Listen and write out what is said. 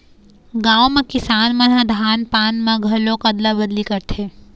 गाँव म किसान मन ह धान पान म घलोक अदला बदली करथे